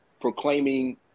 proclaiming